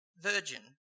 virgin